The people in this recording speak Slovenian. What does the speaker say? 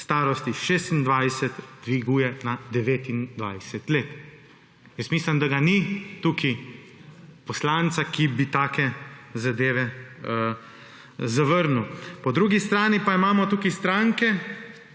starosti 26 dviguje na 29 let. Mislim, da ga ni tukaj poslanca, ki bi take zadeve zavrnil. Po drugi strani pa imamo tukaj stranke,